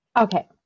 Okay